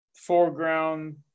foreground